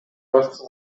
башка